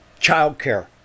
childcare